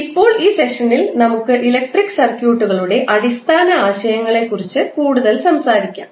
ഇപ്പോൾ ഈ സെഷനിൽ നമുക്ക് ഇലക്ട്രിക് സർക്യൂട്ടുകളുടെ അടിസ്ഥാന ആശയങ്ങളെക്കുറിച്ച് കൂടുതൽ സംസാരിക്കാം